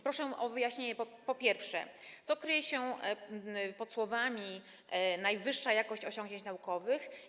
Proszę o wyjaśnienie, po pierwsze: Co kryje się pod słowami „najwyższa jakość osiągnięć naukowych”